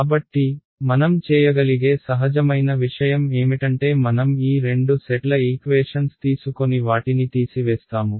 కాబట్టి మనం చేయగలిగే సహజమైన విషయం ఏమిటంటే మనం ఈ రెండు సెట్ల ఈక్వేషన్స్ తీసుకొని వాటిని తీసివేస్తాము